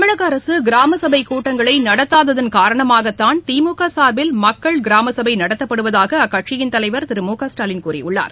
தமிழக அரசு கிராம சபைக் கூட்டங்களை நடத்தாதன் காரணமாகத்தான் திமுக சார்பில் மக்கள் கிராம சபை நடத்தப்படுவதாக அக்கட்சியின் தலைவர் திரு மு க ஸ்டாலின் கூறியுள்ளார்